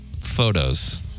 photos